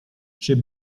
czy